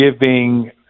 Giving